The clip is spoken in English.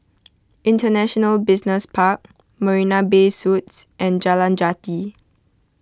International Business Park Marina Bay Suites and Jalan Jati